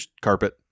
carpet